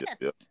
Yes